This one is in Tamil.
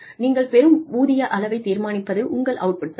நீங்கள் பெறும் ஊதிய அளவை தீர்மானிப்பது உங்கள் அவுட்புட் தான்